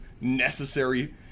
necessary